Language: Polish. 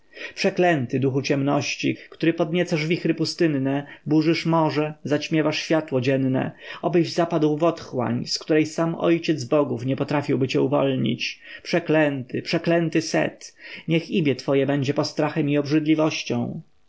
przeklęty duchu ciemności który podniecasz wichry pustynne burzysz morze zaćmiewasz światło dzienne obyś zapadł w otchłań z której sam ojciec bogów nie potrafiłby cię uwolnić przeklęty przeklęty set niech imię twoje będzie postrachem i obrzydliwością